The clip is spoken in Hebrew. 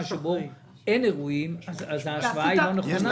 שבה אין אירועים אז ההשוואה לא נכונה.